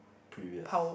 previous